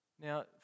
Now